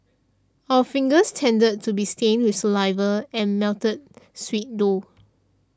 our fingers tended to be stained with saliva and melted sweet though